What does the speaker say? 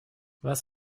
was